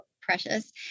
precious